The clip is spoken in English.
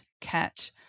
CAT